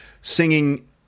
singing